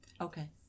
Okay